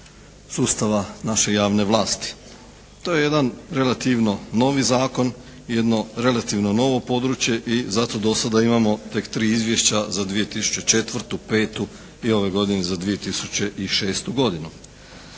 sustava naše javne vlasti. To je jedan relativno novi zakon i jedno relativno novo područje i zato do sada imamo tek tri izvješća za 2004., 2005. i ove godine za 2006. godinu.